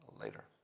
later